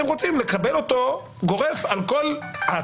אתם רוצים לקבל את הפרטים האלה באופן גורף על כל העצמאיים,